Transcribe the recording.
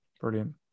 Brilliant